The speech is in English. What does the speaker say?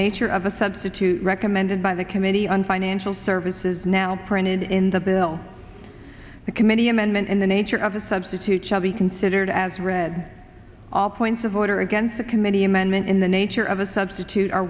nature of a substitute recommended by the committee on financial services now printed in the bill the committee amendment in the nature of a substitute shall be considered as read all points of order against the committee amendment in the nature of a substitute